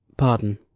pardon,